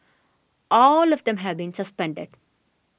all of them have been suspended